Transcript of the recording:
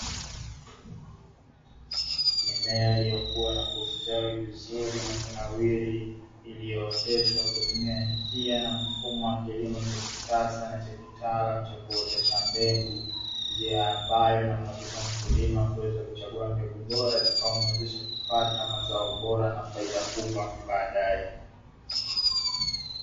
Mimea iliyokuwa na kustawi vizuri na kunawiri, iliyooteshwa kwa kutumia njia na mfumo wa kilimo cha kisasa na cha kitaalamu cha kuotesha mbegu. Njia ambayo inamuwezesha mkulima kuweza kuchagua mbegu bora itakayomuwezesha kupata mazao bora na faida kubwa hapo baadaye.